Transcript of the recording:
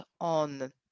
on